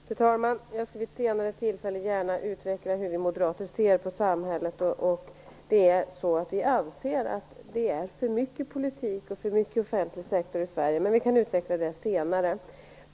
Fru talman! Jag skall vid ett senare tillfälle gärna utveckla hur vi moderater ser på samhället. Vi anser att det är för mycket politik och för mycket offentlig sektor i Sverige, men detta kan jag utveckla senare.